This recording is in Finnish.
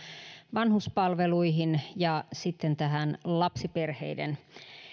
vanhuspalveluihin ja sitten tähän lapsiperheiden